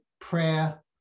prayer